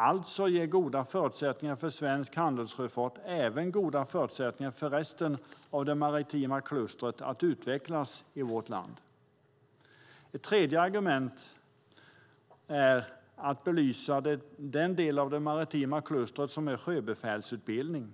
Alltså ger goda förutsättningar för svensk handelssjöfart goda förutsättningar för resten av det maritima klustret att utvecklas i vårt land. Ett tredje argument handlar om att belysa den del av det maritima klustret som är sjöbefälsutbildning.